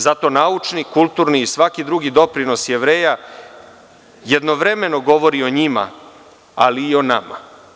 Zato naučni, kulturni i svaki drugi doprinos Jevreja jednovremeno govori o njima, ali i o nama.